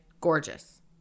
gorgeous